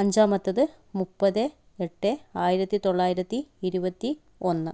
അഞ്ചാമത്തത് മുപ്പത് എട്ട് ആയിരത്തി തൊള്ളായിരത്തി ഇരുപത്തി ഒന്ന്